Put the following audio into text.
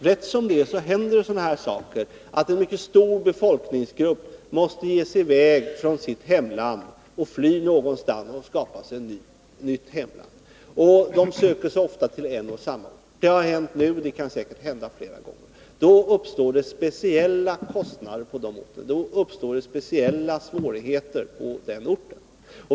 Rätt som det är händer sådana saker att en mycket stor befolkningsgrupp måste ge sig i väg från sitt hemland, fly någonstans och där skapa sig ett nytt hemland. De söker sig ofta till en och samma ort. Det har hänt nu, och det kan säkert hända flera gånger. Då uppstår det speciella kostnader och svårigheter på den orten.